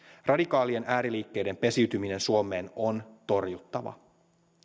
radikaalien ääriliikkeiden pesiytyminen suomeen on torjuttava